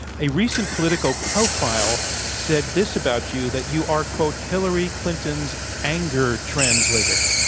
a recent political profile said this about you, that you are quote hillary clinton's anger translator.